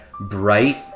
bright